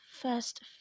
first